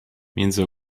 między